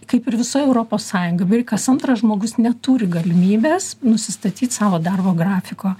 kaip ir visoj europos sąjungoj beveik kas antras žmogus neturi galimybės nusistatyt savo darbo grafiko